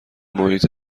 محیط